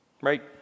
right